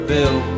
Bill